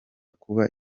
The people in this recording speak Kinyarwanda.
kubaka